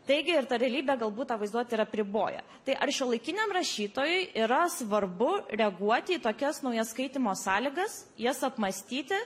taigi ir ta realybė galbūt tą vaizduotę ir apriboja tai ar šiuolaikiniam rašytojui yra svarbu reaguoti į tokias naujas skaitymo sąlygas jas apmąstyti